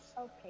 Okay